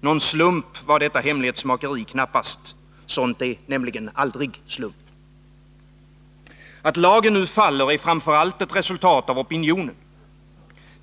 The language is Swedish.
Någon slump var detta hemlighetsmakeri knappast. Sådant är nämligen aldrig slump. Att lagen nu faller är framför allt ett resultat av opinionen.